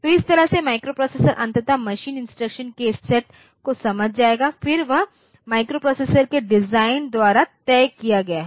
तो इस तरह माइक्रोप्रोसेसर अंततः मशीन इंस्ट्रक्शन के सेट को समझ जाएगा फिर वह माइक्रोप्रोसेसर के डिजाइनर द्वारा तय किया गया है